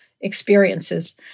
experiences